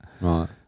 right